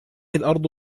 الأرض